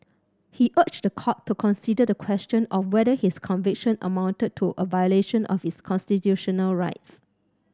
he urged the court to consider the question of whether his conviction amounted to a violation of his constitutional rights